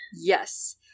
yes